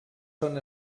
són